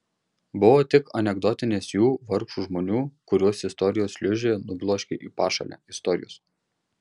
buvo tik anekdotinės jų vargšų žmonių kuriuos istorijos šliūžė nubloškė į pašalę istorijos